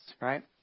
right